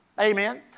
Amen